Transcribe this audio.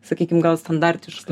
sakykim gal standartiška